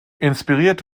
inspiriert